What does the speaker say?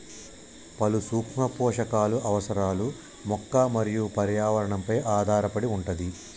పలు సూక్ష్మ పోషకాలు అవసరాలు మొక్క మరియు పర్యావరణ పై ఆధారపడి వుంటది